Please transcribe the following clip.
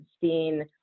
seen